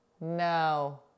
No